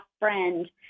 friend